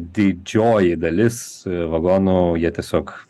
didžioji dalis vagonų jie tiesiog